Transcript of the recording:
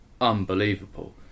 unbelievable